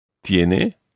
Tiene